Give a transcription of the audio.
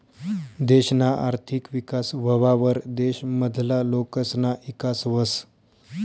देशना आर्थिक विकास व्हवावर देश मधला लोकसना ईकास व्हस